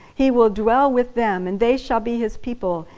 he will dwell with them, and they shall be his people,